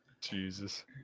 Jesus